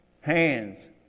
hands